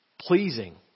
pleasing